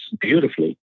beautifully